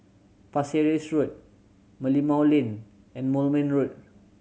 Pasir Ris Road Merlimau Lane and Moulmein Road